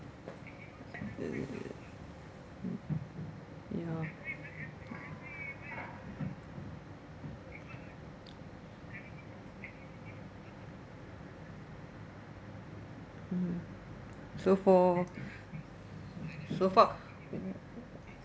uh ya mmhmm so for so far